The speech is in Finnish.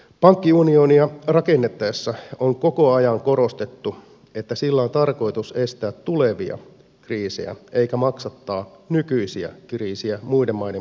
pankkiunionia rakennettaessa on koko ajan korostettu että sillä on tarkoitus estää tulevia kriisejä eikä maksattaa nykyisiä kriisejä muiden maiden veronmaksajilla